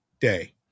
day